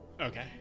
Okay